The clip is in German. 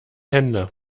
hände